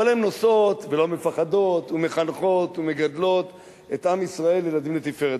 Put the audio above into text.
אבל הן נוסעות ולא מפחדות ומחנכות ומגדלות את עם ישראל וילדים לתפארת.